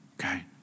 okay